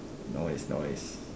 noise noise